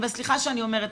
וסליחה שאני אומרת,